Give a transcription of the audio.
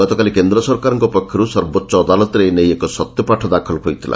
ଗତକାଲି କେନ୍ଦ୍ରସରକାରଙ୍କ ପକ୍ଷରୁ ସର୍ବୋଚ୍ଚ ଅଦାଲତରେ ଏ ନେଇ ଏକ ସତ୍ୟପାଠ ଦାଖଲ ହୋଇଥିଲା